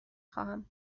خواهم